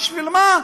בשביל מה?